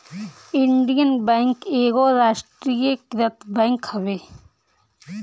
Indian bank एगो राष्ट्रीयकृत bank हवे